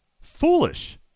Foolish